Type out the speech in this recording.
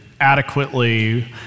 adequately